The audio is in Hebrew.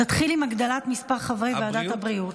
תתחיל עם הגדלת מספר חברי ועדת הבריאות,